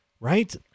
right